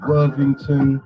Worthington